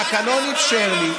התקנון אפשר לי,